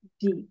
deep